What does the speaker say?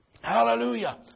Hallelujah